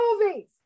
movies